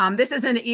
um this is an.